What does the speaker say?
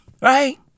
Right